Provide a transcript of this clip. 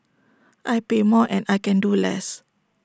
I pay more and I can do less